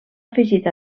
afegit